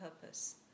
purpose